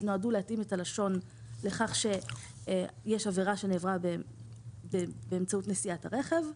נועדו להתאים את הלשון לכך שיש עברה שנעברה באמצעות נסיעת הרכב.